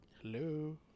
Hello